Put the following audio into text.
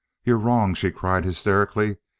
you're wrong, she cried hysterically.